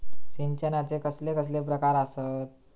सिंचनाचे कसले कसले प्रकार आसत?